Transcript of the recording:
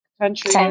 country